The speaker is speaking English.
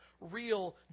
real